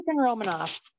Romanov